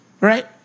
Right